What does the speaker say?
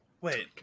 Wait